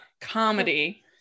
comedy